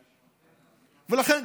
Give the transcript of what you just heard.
לכן,